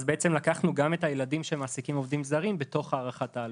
אז בעצם לקחנו גם את הילדים שמעסיקים עובדים זרים בתוך הערכת העלות,